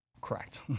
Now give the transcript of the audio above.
Correct